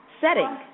setting